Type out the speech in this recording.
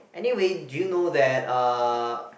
anyway do you know that uh